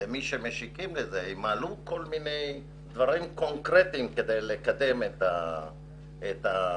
האם עלו כל מיני דברים קונקרטיים כדי לקדם את ההגנה